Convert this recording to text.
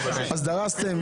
דרסתם.